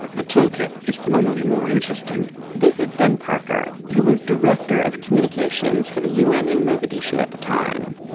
the toolkit is phenomenally more interesting this is ben parker, who was director of communications for the u n. in mogadishu at the time.